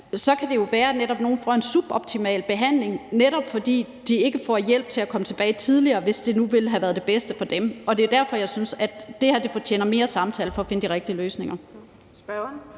kan det være, at nogle får en suboptimal behandling, netop fordi de ikke får hjælp til at komme tilbage tidligere, hvis det nu ville have været det bedste for dem. Det er derfor, jeg synes, at det her fortjener, at vi taler mere om det for at finde de rigtige løsninger.